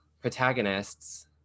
protagonists